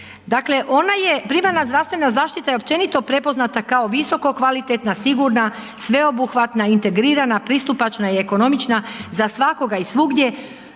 ona je, primarna zdravstvena zaštita je općenito prepoznata kao visoko kvalitetna, sigurna, sveobuhvatna, integrirana, pristupačna i ekonomična za svakoga i svugdje,